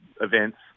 events